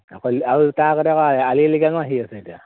আকৌ তাৰ আগতে আলিআইলিগাং আহি আছে এতিয়া